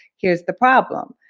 here's the problem.